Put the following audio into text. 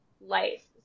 life